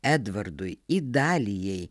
edvardui idalijai